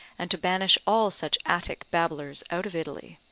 and to banish all such attic babblers out of italy.